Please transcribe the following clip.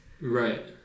Right